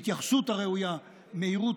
ההתייחסות הראויה, מהירות,